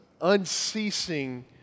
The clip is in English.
unceasing